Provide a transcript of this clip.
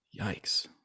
Yikes